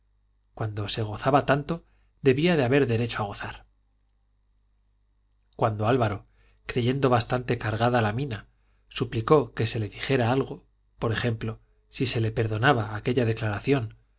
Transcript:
cuando se gozaba tanto debía de haber derecho a gozar cuando álvaro creyendo bastante cargada la mina suplicó que se le dijera algo por ejemplo si se le perdonaba aquella declaración